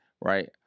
right